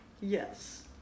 Yes